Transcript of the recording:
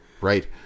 right